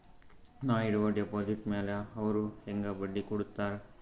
ನಾ ಇಡುವ ಡೆಪಾಜಿಟ್ ಮ್ಯಾಲ ಅವ್ರು ಹೆಂಗ ಬಡ್ಡಿ ಕೊಡುತ್ತಾರ?